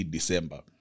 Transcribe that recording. December